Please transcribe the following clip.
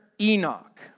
Enoch